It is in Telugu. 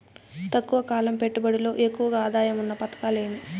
తక్కువ కాలం పెట్టుబడిలో ఎక్కువగా ఆదాయం ఉన్న పథకాలు ఏమి?